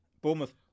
Bournemouth